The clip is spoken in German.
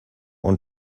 und